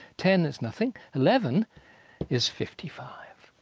ten there's nothing. eleven is fifty five,